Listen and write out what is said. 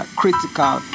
critical